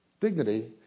dignity